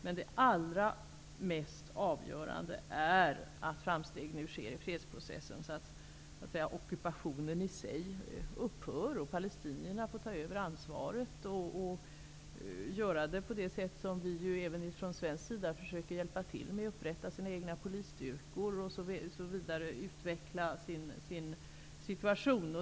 Men det mest avgörande är att framsteg nu görs i fredsprocessen, så att ockupationen i sig upphör och palestinierna får ta över ansvaret och kan göra det på det sätt som vi även från svensk sida nu försöker hjälpa till med: genom att upprätta sina egna polisstyrkor och på andra sätt utveckla sin situation.